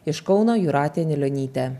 iš kauno jūratė anilionytė